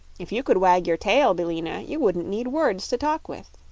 if you could wag your tail, billina, you wouldn't need words to talk with.